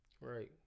Right